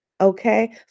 Okay